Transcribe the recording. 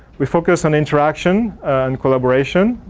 we focus on interaction and collaboration,